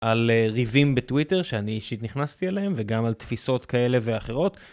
על ריבים בטוויטר שאני אישית נכנסתי אליהם וגם על תפיסות כאלה ואחרות.